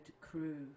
crew